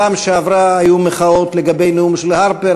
בפעם שעברה היו מחאות לגבי נאומו של הרפר,